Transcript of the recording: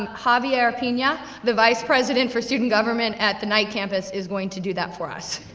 um javier pina, the vice president for student government at the night campus is going to do that for us.